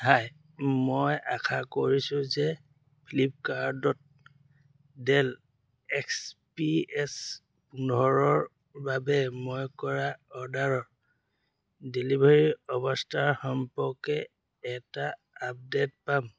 হাই মই আশা কৰিছো যে ফ্লিপকাৰ্টত ডেল এক্স পি এছ পোন্ধৰৰ বাবে মই কৰা অৰ্ডাৰৰ ডেলিভাৰীৰ অৱস্থাৰ সম্পৰ্কে এটা আপডে'ট পাম